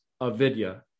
avidya